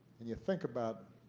and you think about,